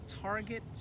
target